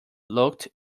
looked